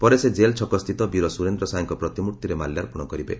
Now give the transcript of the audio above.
ପରେ ସେ ଜେଲ ଛକସ୍ଥିତ ବୀର ସୁରେନ୍ଦ୍ର ସାଏଙ୍କ ପ୍ରତିମୃଭିରେ ମାଲ୍ୟାର୍ପଣ କରିବେ